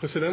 det